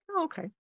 Okay